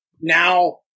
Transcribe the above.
Now